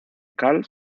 cal